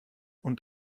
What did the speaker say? und